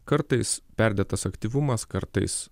kartais perdėtas aktyvumas kartais